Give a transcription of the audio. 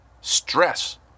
stress